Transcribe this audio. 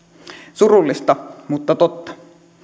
surullista mutta totta